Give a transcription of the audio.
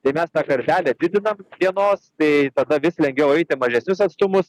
tai mes tą kartelę didinam dienos tai tada vis lengviau eiti mažesnius atstumus